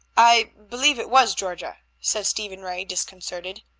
i believe it was georgia, said stephen ray, disconcerted.